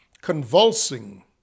convulsing